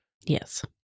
Yes